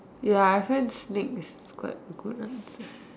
ya I find snakes is quite a good answer